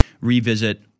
revisit